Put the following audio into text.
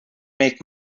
make